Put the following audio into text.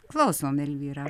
klausom elvyra